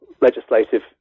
legislative